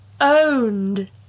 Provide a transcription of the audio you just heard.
owned